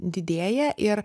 didėja ir